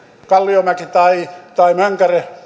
kalliomäki tai tai mönkäre